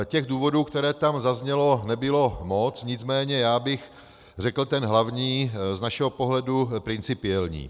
Těch důvodů, které tam zazněly, nebylo moc, nicméně já bych řekl ten hlavní, z našeho pohledu principiální.